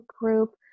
group